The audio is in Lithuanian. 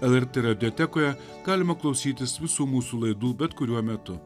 lrt radiotekoje galima klausytis visų mūsų laidų bet kuriuo metu